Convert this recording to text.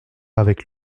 avec